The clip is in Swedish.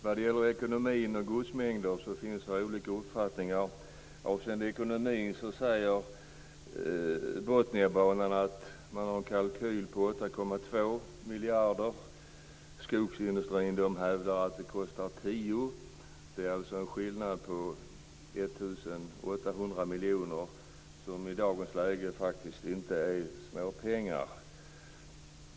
Vad gäller ekonomin och godsmängderna finns det olika uppfattningar. Botniagruppen säger avseende ekonomin att man har en kalkyl på 8,2 miljarder kronor. Skogsindustrin hävdar att det kostar 10 miljarder kronor. Det är alltså en skillnad på 1 800 miljoner kronor, vilket i dagens läge faktiskt inte är småpengar.